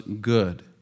good